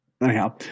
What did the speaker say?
anyhow